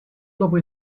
dopo